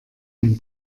den